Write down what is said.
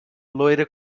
loira